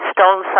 Stone